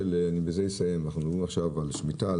בזה אני אסיים אנחנו מדברים עכשיו על שמיטה,